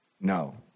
No